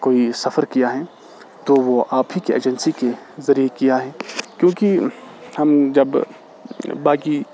کوئی سفر کیا ہے تو وہ آپ ہی کے ایجنسی کے ذریعے کیا ہے کیونکہ ہم جب باقی